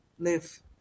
live